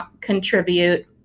contribute